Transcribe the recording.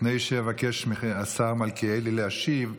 לפני שאבקש מהשר מלכיאלי להשיב,